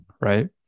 right